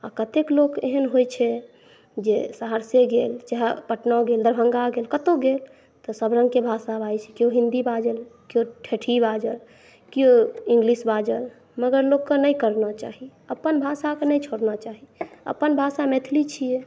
आ कतेक लोक एहन होइ छै जे सहरसे गेल चाहे पटना गेल दरभंगा गेल कतौ गेल तऽ सभ रंगके भाषा बाजै छै केओ हिंदी बाज़ल केओ ठेठी बाज़ल केओ इंग्लिश बाज़ल मगर लोकके नहि करना चाही अपन भाषाके नहि छोड़ना चाही अपन भाषा मैथिली छियै